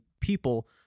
people